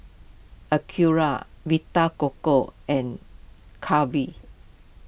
Acura Vita Coco and Calbee